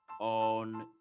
on